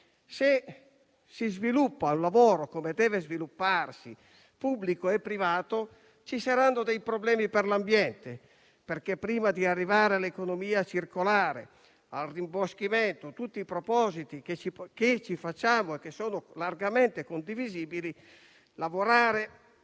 Se si sviluppa il lavoro come deve svilupparsi, pubblico e privato, ci saranno dei problemi per l'ambiente, perché, prima di arrivare all'economia circolare, al rimboschimento, a tutti i propositi che facciamo e che sono largamente condivisibili, lavorare